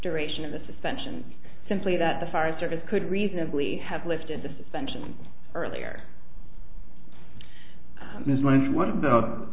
duration of the suspension simply that the foreign service could reasonably have lifted the suspension earlier